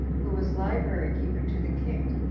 who was library keeper to the king,